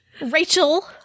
Rachel